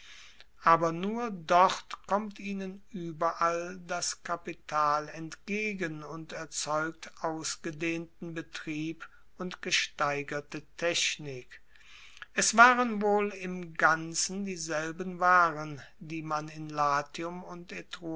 aber nur dort kommt ihnen ueberall das kapital entgegen und erzeugt ausgedehnten betrieb und gesteigerte technik es waren wohl im ganzen dieselben waren die man in latium und